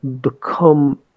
become